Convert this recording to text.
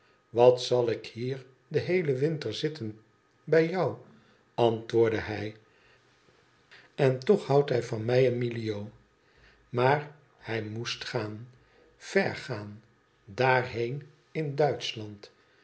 wat zal ik hier den heelen winter zitten bij jou antwoordde hij en toch houdt hij van mij en milio maar hij moest gaan ver gaan dair heen in duitschland